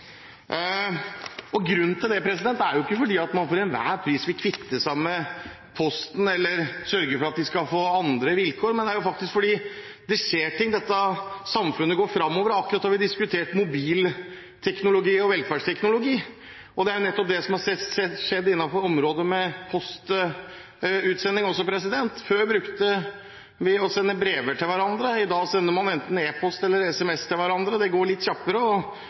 Grunnen til det er ikke at man for enhver pris vil kvitte seg med Posten eller sørge for at de skal få andre vilkår, men det er faktisk fordi det skjer ting. Dette samfunnet går framover, akkurat som da vi diskuterte mobilteknologi og velferdsteknologi. Det er nettopp det som har skjedd innenfor området med postutsending også. Før brukte vi å sende brev til hverandre. I dag sender man enten e-post eller sms til hverandre. Det går litt kjappere, og